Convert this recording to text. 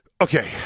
Okay